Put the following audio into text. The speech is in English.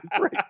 right